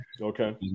Okay